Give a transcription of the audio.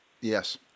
Yes